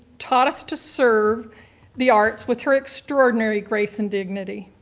taught us to serve the arts with her extraordinary grace and dignity.